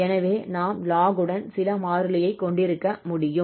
எனவே நாம் ln உடன் சில மாறிலியை கொண்டிருக்க முடியும்